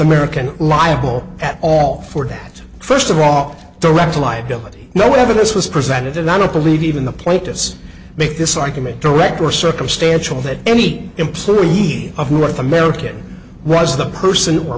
american liable at all for that first of all direct liability no evidence was presented and i don't believe even the plaintiffs make this argument direct or circumstantial that any employee of north american was the person or